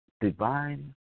divine